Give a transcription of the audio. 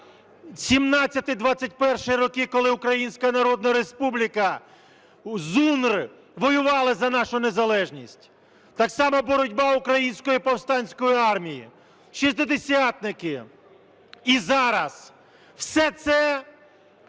1917-1921 роки, коли Українська Народна Республіка з ЗУНР воювали за нашу незалежність; так само боротьба Української повстанської армії, шістдесятники. І зараз все це